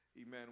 amen